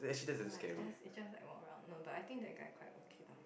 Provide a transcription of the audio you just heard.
no ah it's just it's just like one round no but I think that guy quite okay lah